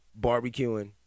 barbecuing